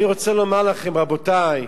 אני רוצה לומר לכם: רבותי,